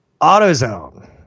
AutoZone